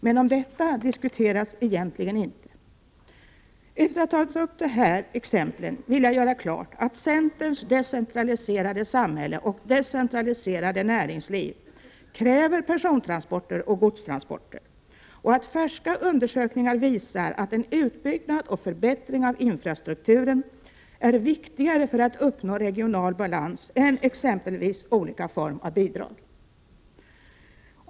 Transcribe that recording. Men om detta diskuteras egentligen inte. Efter att ha tagit upp de här exemplen vill jag göra klart att centerns decentraliserade samhälle och decentraliserade näringsliv kräver personoch godstransporter. Färska undersökningar visar att en utbyggnad och förbättring av infrastrukturen är viktigare för att uppnå regional balans än exempelvis olika former av bidrag.